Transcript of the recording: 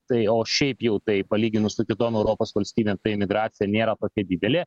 tai o šiaip jau tai palyginus su kitom europos valstybėm ta imigracija nėra tokia didelė